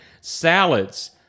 Salads